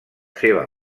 seva